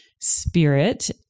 spirit